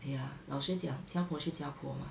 !aiya! 老实讲家婆是家婆 mah